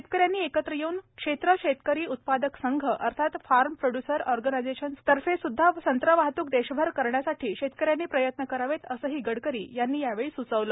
शेतकऱ्यानी एकत्र येऊन क्षेत्र शेतकरी उत्पादक संघ अर्थात फार्म प्रोड्य्सर ऑर्गनायझेशन तर्फे सुद्धा संत्रा वाहतूक देशभर करण्यासाठी शेतकऱ्यांनी प्रयत्न करावे असेही गडकरी यांनी यावेळी स्चविलं